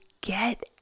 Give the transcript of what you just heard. get